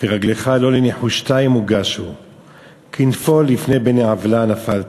ורגליך לא לנחֻשתיִם הֻגשו כנפול לפני בני עוְלה נפלת".